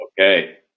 Okay